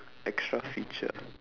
extra feature ah